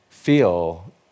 feel